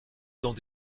dans